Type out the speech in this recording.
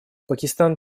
пакистан